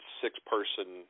six-person